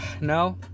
no